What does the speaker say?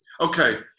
Okay